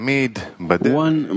one